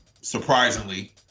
Surprisingly